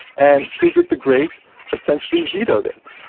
and frederick the great essentially vetoed it.